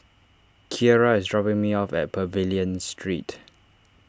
Keara is dropping me off at Pavilion Street